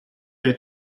der